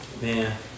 Man